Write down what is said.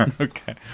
Okay